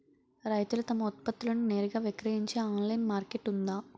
రైతులు తమ ఉత్పత్తులను నేరుగా విక్రయించే ఆన్లైన్ మార్కెట్ ఉందా?